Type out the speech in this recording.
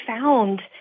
found